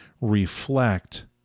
Reflect